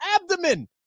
abdomen